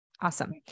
Awesome